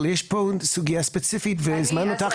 אבל יש פה סוגיה ספציפית והזמנו אותך